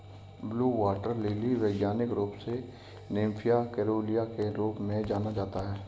blue water lily वैज्ञानिक रूप से निम्फिया केरूलिया के रूप में जाना जाता है